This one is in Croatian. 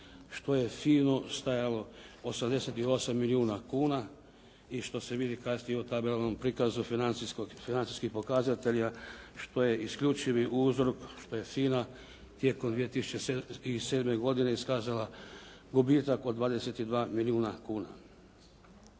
što je FINA-u stajalo 88 milijuna kuna i što se vidi kasnije u tabelarnom prikazu financijskih pokazatelja što je isključivi uzrok što je FINA tijekom 2007. godine iskazala gubitak od 22 milijuna kuna.